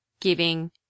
giving